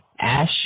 ash